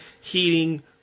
heating